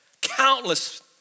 Countless